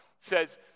says